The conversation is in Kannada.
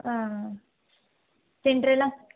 ಹಾಂ ಸಿಡ್ರಲ್ಲ